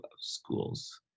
schools